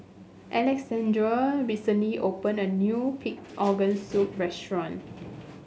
Alexandr recently opened a new Pig Organ Soup restaurant